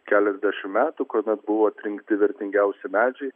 keliasdešimt metų kada buvo atrinkti vertingiausi medžiai